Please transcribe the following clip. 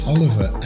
Oliver